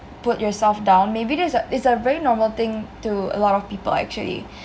put yourself down maybe that's a it's a very normal thing to a lot of people actually